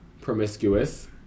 Promiscuous